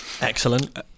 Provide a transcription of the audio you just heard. Excellent